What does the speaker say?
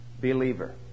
believer